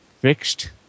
fixed